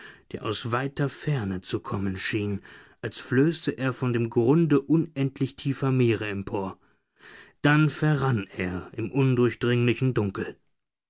der aus weiter ferne zu kommen schien als flösse er von dem grunde unendlich tiefer meere empor dann verrann er im undurchdringlichen dunkel